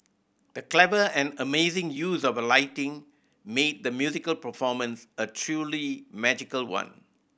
the clever and amazing use of lighting made the musical performance a truly magical one